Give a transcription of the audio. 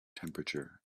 temperature